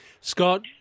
Scott